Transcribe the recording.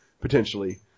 potentially